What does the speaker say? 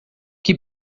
que